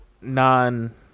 non